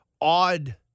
odd